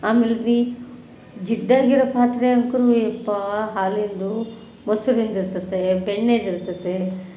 ಆಮೇಲೆ ದೀ ಜಿಡ್ಡಾಗಿರೋ ಪಾತ್ರೆಯಂತೂ ಯಪ್ಪಾ ಹಾಲಿಂದು ಮೊಸ್ರಿಂದು ಇರ್ತೈತಿ ಬೆಣ್ಣೆದು ಇರ್ತೈತಿ